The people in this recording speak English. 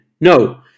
no